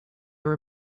were